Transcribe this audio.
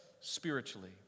spiritually